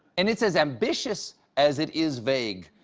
and it's as ambitious as it is vague,